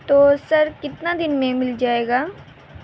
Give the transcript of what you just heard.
تو سر کتنا دن میں مل جائے گا